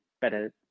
better